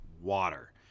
water